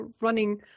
running